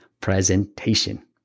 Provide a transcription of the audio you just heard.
presentation